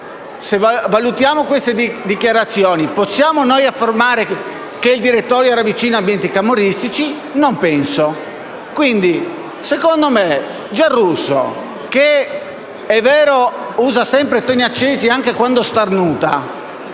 Se valutiamo queste dichiarazioni, possiamo allora affermare che il direttorio era vicino ad ambienti camorristici? Non penso. Quindi, il senatore Giarrusso, che - è vero - usa sempre toni accesi (e lo fa anche quando starnuta),